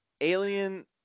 Alien